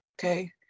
okay